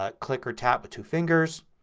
ah click or tap with two fingers,